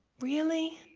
really?